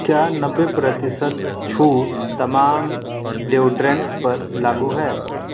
کیا نوے پرتیشت چھوٹ تمام ڈیوڈرنٹس پر لاگو ہے